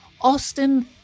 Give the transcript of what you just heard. Austin